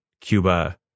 cuba